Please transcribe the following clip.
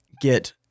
get